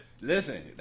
Listen